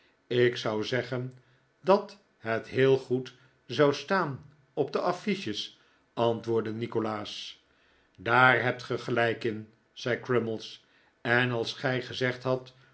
ik zou zeggen dat het heel goed zou staan op de affiches antwoordde nikolaas daar hebt gij gelijk in zei crummies en als gij gezegd hadt